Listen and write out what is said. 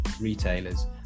retailers